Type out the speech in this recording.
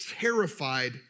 terrified